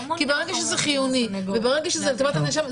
כי ברגע שזה חיוני וברגע שזה לטובת הנאשם,